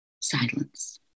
Silence